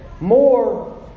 more